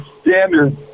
standard